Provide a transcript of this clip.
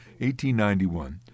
1891